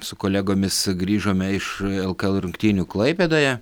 su kolegomis grįžome iš lkl rungtynių klaipėdoje